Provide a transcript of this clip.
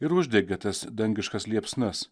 ir uždegė tas dangiškas liepsnas